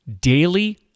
daily